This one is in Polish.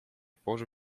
położył